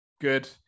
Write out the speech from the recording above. Good